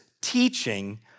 teaching